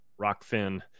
rockfin